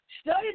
Study